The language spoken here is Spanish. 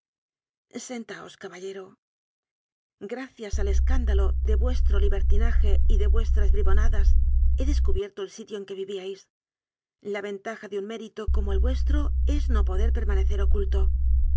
taos caballero gracias al escándalo de vuestro li bertinaje y de vuestras bribonadas he descubierto el sitio en que vivíais le ventaja de un mérito como el vuestro es no poder permanecer oculto